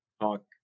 talk